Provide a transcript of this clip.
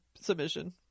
submission